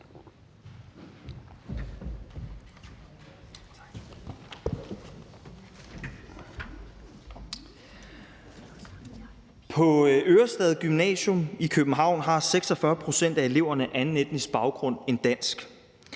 På Ørestad Gymnasium i København har 46 pct. af eleverne anden etnisk baggrund end dansk.